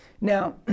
Now